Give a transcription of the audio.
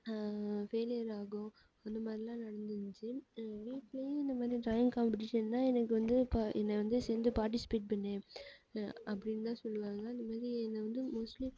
failure ஆகும் அந்தமாதிரிலாம் நடந்துருந்துச்சு வீட்லேயும் இந்தமாதிரி டிராயிங் காம்பட்டிஷனில் எனக்கு வந்து சேர்ந்து பார்ட்டிசிபேட் பண்ணு அப்படினுதான் சொல்வாங்க இந்தமாதிரி என்ன வந்து மோஸ்ட்லி